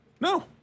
No